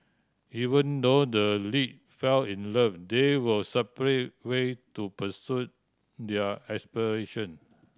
even though the lead fell in love they were separate way to pursue their aspiration